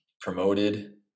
promoted